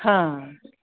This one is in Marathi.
हां